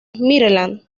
maryland